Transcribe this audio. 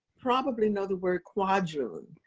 probably know the word quadroon.